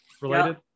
Related